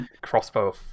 Crossbow